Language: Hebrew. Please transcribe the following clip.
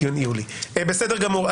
בסדר גמור,